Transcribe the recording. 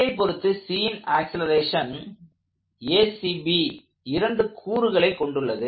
Bஐ பொருத்து Cன் ஆக்ஸலரேஷன் இரண்டு கூறுகளைக் கொண்டுள்ளது